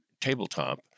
tabletop